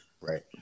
right